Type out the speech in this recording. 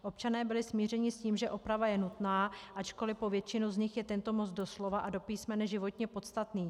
Občané byli smířeni s tím, že oprava je nutná, ačkoli pro většinu z nich je tento most doslova a do písmene životně podstatný.